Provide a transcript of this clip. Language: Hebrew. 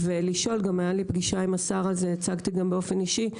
היתה לי פגישה עם השר על זה והצגתי גם באופן אישי.